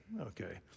Okay